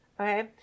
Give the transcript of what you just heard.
Okay